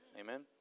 amen